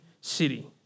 city